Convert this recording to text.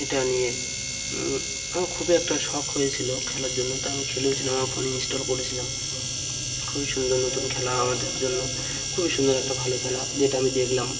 এটা নিয়ে আমার খুবই একটা শখ হয়েছিলো খেলার জন্য তা আমি খেলেওছিলাম আমার ফোনে ইনস্টল করেছিলাম খুবই সুন্দর নতুন খেলা আমাদের জন্য খুবই সুন্দর একটা ভালো খেলা যেটা আমি দেখলাম